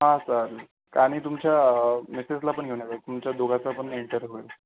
हा सर आणि तुमच्या मिसेसला पण घेऊन या तुमच्या दोघांचा पण इंटरव्यू होईल